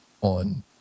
on